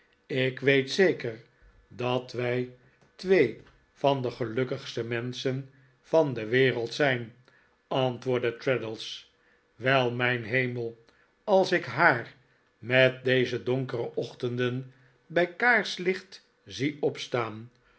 ik weet zeker dat wij twee van de gelukkigste menschen van de wereld zijn antwoordde traddles wel mijn hemel als ik haar met deze donkere ochtenden bij kaarslicht zie opstaan